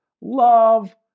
Love